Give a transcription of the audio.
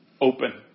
open